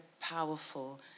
powerful